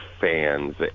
fans